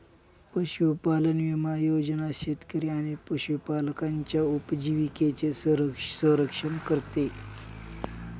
पशुधन विमा योजना शेतकरी आणि पशुपालकांच्या उपजीविकेचे संरक्षण करते